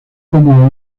como